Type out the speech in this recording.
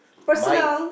my